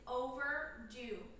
overdue